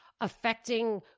affecting